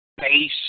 base